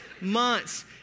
months